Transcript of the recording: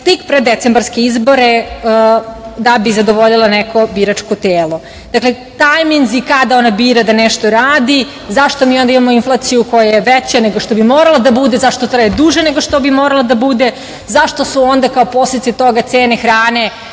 tik pre decembarske izbore da bi zadovoljila neko biračko telo. Dakle, tajminzi kada ona bira da nešto radi zašto mi onda imamo inflaciju koja je veća nego što bi moralo da bude, zašto traje duže nego što bi moralo da bude, zašto su onda kao posledice toga cene hrane